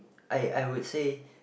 I I would say